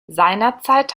seinerzeit